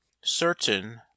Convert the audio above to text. Certain